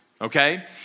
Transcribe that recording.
okay